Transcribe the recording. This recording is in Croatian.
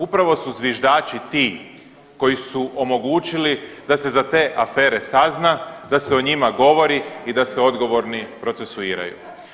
Upravo su zviždači ti koji su omogućili da se za te afere sazna, da se o njima govori i da se odgovorni procesuiraju.